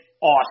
awesome